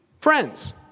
friends